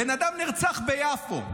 בן אדם נרצח ביפו,